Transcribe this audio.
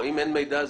אם אין מידע,